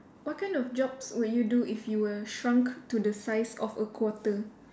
what kind of jobs would you do if you were shrunk to the size of a quarter